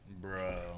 Bro